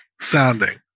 sounding